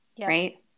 right